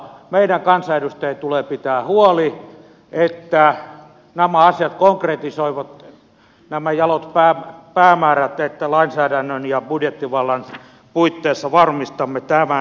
meidän kansanedustajien tulee pitää huoli että nämä asiat konkretisoivat nämä jalot päämäärät että lainsäädännön ja budjettivallan puitteissa varmistamme tämän